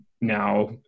now